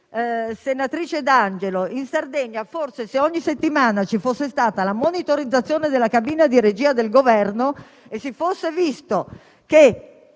Senatrice D'Angelo, forse, se in Sardegna ogni settimana ci fosse stata una monitorizzazione della cabina di regia del Governo e si fosse visto che